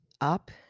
up